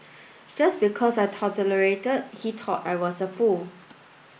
just because I tolerated he thought I was a fool